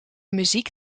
muziek